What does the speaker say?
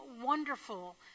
wonderful